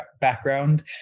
background